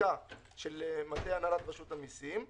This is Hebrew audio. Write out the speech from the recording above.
מעמיקה של מטה הנהלת רשות המיסים.